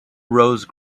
rose